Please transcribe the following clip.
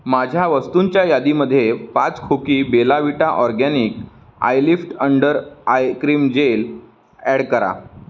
माझ्या वस्तूंच्या यादीमध्ये पाच खोकी Bella Vita organic eyelift under eye cream gel add करा